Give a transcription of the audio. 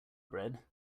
bread